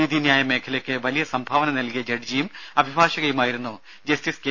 നീതിന്യായ മേഖലയ്ക്ക് വലിയ സംഭാവന നൽകിയ ജഡ്ജിയും അഭിഭാഷകയുമായിരുന്നു ജസ്റ്റിസ് കെ